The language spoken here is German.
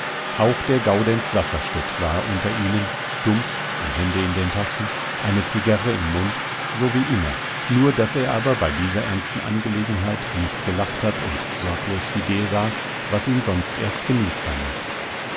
auch der gaudenz safferstätt war unter ihnen stumpf die hände in den taschen eine zigarre im mund so wie immer nur daß er aber bei dieser ernsten gelegenheit nicht gelacht hat und sorglos fidel war was ihn sonst erst genießbar macht